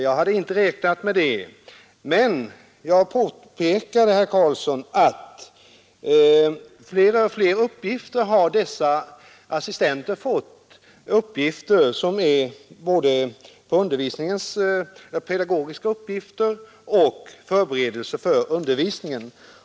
Jag hade inte heller räknat med det, men jag påpekade att dessa assistenter har fått fler och fler uppgifter — både pedagogiska uppgifter och förberedelse för undervisningen.